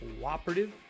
cooperative